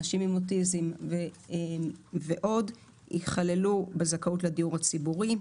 אנשים עם אוטיזם ועוד ייכללו בזכאות לדיור הציבורי?